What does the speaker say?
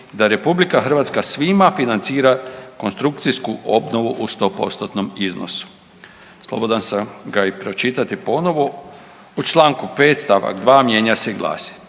da RH svima financira konstrukcijsku obnovu u 100%-tnom iznosu. Slobodan sam ga i pročitati ponovo. U Članku 5. stavak 2 mijenja se i glasi: